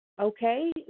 Okay